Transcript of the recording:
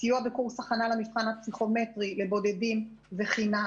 סיוע בקורס הכנה למבחן הפסיכומטרי לבודדים זה חינם.